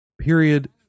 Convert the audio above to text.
period